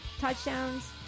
touchdowns